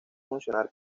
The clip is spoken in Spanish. funcionar